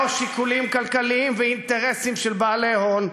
שיקולים כלכליים ואינטרסים של בעלי הון,